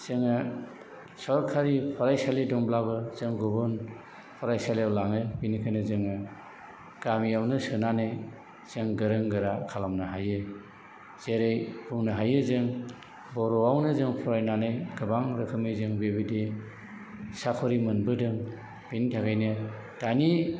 जोङो सरखारि फरायसालि दंब्लाबो जों गुबुन फरायसालियाव लाङो बिनिखायनो जोङो गामियावनो सोनानै जों गोरों गोरा खालामनो हायो जेरै बुंनो हायो जों बर'आवनो जों फरायनानै गोबां रोखोमनि जों बेबायदि साखरि मोनबोदों बिनि थाखायनो दानि